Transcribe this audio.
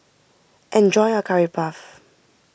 enjoy your Curry Puff